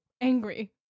angry